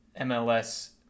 MLS